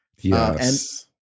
Yes